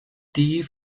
die